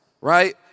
Right